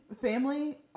Family